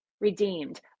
redeemed